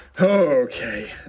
Okay